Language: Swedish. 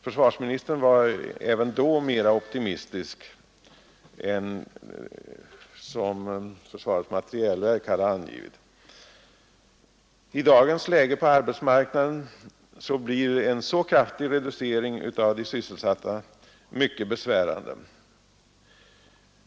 Försvarsministern var även då mera optimistisk än försvarets materielverk. I dagens arbetsmarknadsläge blir en så kraftig reducering av de sysselsatta mycket besvärande.